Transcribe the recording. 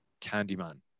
Candyman